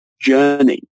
journey